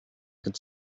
could